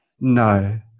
No